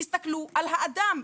תסתכלו על האדם,